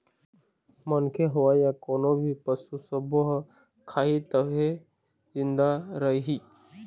मनखे होए य कोनो भी पसू सब्बो ह खाही तभे जिंदा रइही